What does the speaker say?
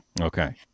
Okay